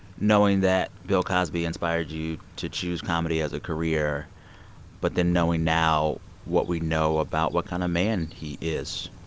knowing that bill cosby inspired you to choose comedy as a career but then knowing now what we know about what kind of man he is?